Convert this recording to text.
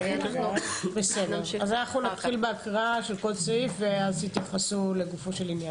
אנחנו נתחיל בהקראה של הסעיפים ותתייחסו לגופם של דברים.